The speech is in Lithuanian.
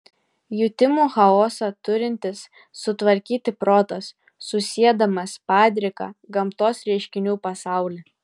jutimų chaosą turintis sutvarkyti protas susiedamas padriką gamtos reiškinių pasaulį